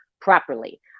properly